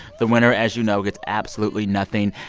the winner, as you know, gets absolutely nothing.